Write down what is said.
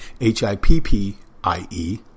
H-I-P-P-I-E